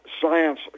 Science